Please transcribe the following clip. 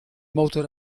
motor